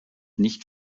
nicht